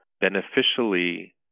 beneficially